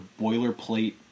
boilerplate